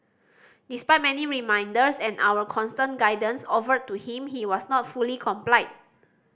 despite many reminders and our constant guidance offered to him he was not fully complied